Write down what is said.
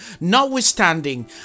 notwithstanding